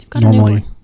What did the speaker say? Normally